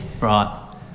Right